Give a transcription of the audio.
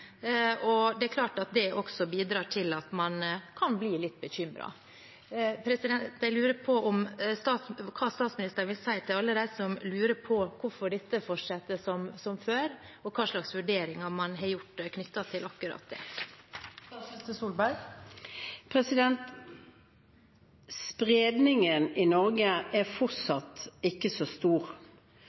og det er klart at det også bidrar til at man kan bli litt bekymret. Jeg lurer på hva statsministeren vil si til alle dem som lurer på hvorfor dette fortsetter som før, og hva slags vurderinger man har gjort knyttet til akkurat det. Spredningen i Norge er fortsatt ikke så stor,